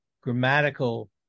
grammatical